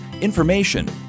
information